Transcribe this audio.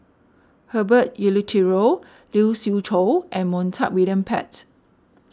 Herbert Eleuterio Lee Siew Choh and Montague William Pett